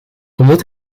omdat